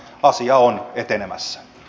asia on etenemässä